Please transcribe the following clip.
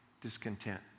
discontent